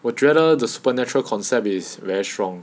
我觉得 the supernatural concept is very strong